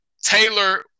Taylor